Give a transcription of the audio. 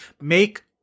Make